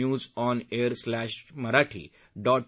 news on air slash Marathi dot